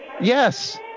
yes